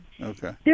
Okay